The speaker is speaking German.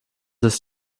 ist